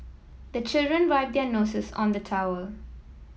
the children wipe their noses on the towel